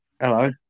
Hello